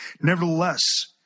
Nevertheless